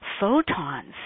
photons